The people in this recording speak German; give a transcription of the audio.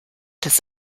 das